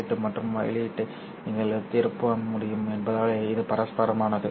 உள்ளீடு மற்றும் வெளியீட்டை நீங்கள் திருப்ப முடியும் என்பதால் இது பரஸ்பரமானது